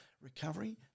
recovery